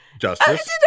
justice